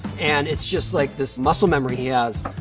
and it's just like this muscle memory he has,